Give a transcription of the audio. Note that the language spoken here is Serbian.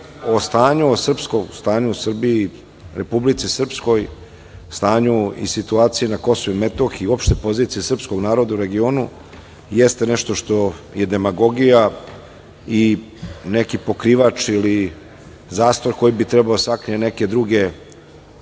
pričali o stanju u Srbiji, Republici Srpskoj, stanju i situaciju na Kosovu i Metohiji i opštoj poziciji srpskog naroda u regionu, jeste nešto što je demagogija i neki pokrivač ili zastor koji bi trebalo da sakrije neke druge